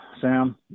Sam